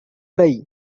try